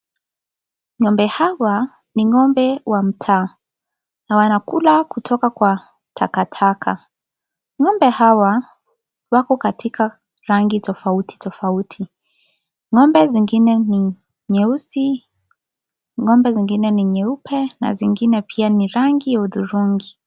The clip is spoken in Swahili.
Ng'ombe hawa ni ng'ombe wa mtaa na wanakula kutoka kwa takataka. Ng'ombe hawa wako katika rangi tofauti tofauti.Ng'ombe zingine ni nyeusi, ng'ombe zingine ni nyeupe, ng'ombe zingine pia ni rangi ya hudhurungi.